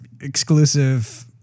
exclusive